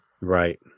Right